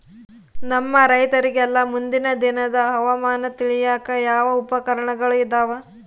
ನಮ್ಮ ರೈತರಿಗೆಲ್ಲಾ ಮುಂದಿನ ದಿನದ ಹವಾಮಾನ ತಿಳಿಯಾಕ ಯಾವ ಉಪಕರಣಗಳು ಇದಾವ?